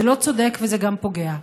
זה לא צודק וזה גם פוגע.